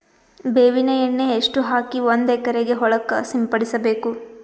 ಬೇವಿನ ಎಣ್ಣೆ ಎಷ್ಟು ಹಾಕಿ ಒಂದ ಎಕರೆಗೆ ಹೊಳಕ್ಕ ಸಿಂಪಡಸಬೇಕು?